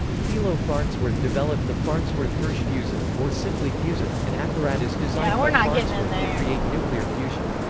philo farnsworth developed the farnsworth-hirsch fusor, or simply fusor, an apparatus designed by farnsworth to create nuclear fusion.